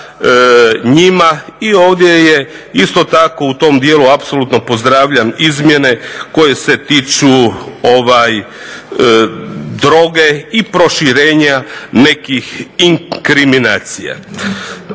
I ovdje isto tako u tom dijelu apsolutno pozdravljam izmjene koje se tiču droge i proširenja nekih inkriminacija.